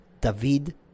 David